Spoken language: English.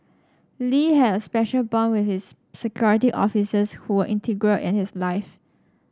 Lee had a special bond with his security officers who were integral in his life